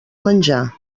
menjar